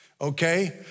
Okay